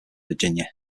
virginia